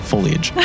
Foliage